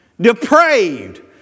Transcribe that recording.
depraved